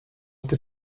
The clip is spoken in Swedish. till